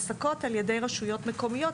ושמועסקות על ידי רשויות מקומיות,